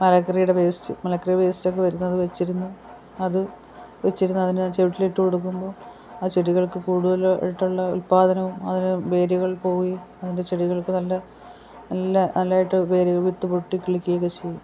മലക്കറീടെ waste മലക്കറി വേസ്റ്റൊക്കെ വരുന്നത് വെച്ചിരിന്നു അത് വെച്ചിരുന്ന അതിനാ ചുവട്ടിലിട്ട് കൊടുക്കുമ്പോൾ അത് ചെടികൾക്ക് കൂടതലായിട്ടുള്ള ഉത്പാദനവും അതിന് വേരുകൾ പോയി അതിൻ്റെ ചെടികൾക്ക് നല്ല നല്ല നല്ലതായിട്ട് വിത്ത് പൊട്ടി കിളുക്കുകയൊക്കെ ചെയ്യും